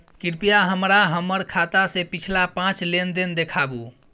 कृपया हमरा हमर खाता से पिछला पांच लेन देन देखाबु